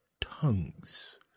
tongues